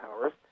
powers